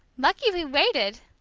lucky we waited!